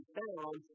found